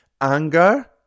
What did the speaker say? anger